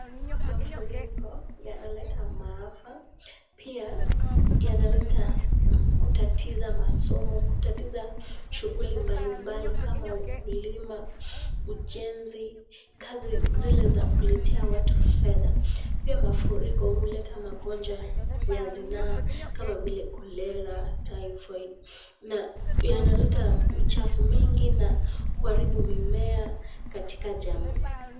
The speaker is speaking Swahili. Mafuriko yanaleta maafa, pia yanaleta kutatiza masomo, kutatiza shughuli mbalimbali kama ukulima, ujenzi, kazi zile za kuletea watu fedha, pia mafuriko huleta magonjwa ya zinaa kama vile Kolera, Taifoid na yanaleta uchafu mwingi na kuharibu mimea katika jamii.